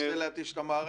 הוא מנסה להתיש את המערכת.